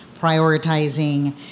prioritizing